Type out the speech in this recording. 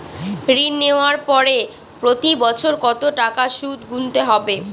ঋণ নেওয়ার পরে প্রতি বছর কত টাকা সুদ গুনতে হবে?